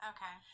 Okay